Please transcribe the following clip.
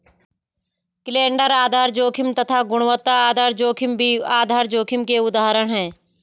calendar आधार जोखिम तथा गुणवत्ता आधार जोखिम भी आधार जोखिम के उदाहरण है